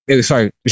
sorry